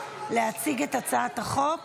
להציג את הצעת החוק.